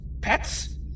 pets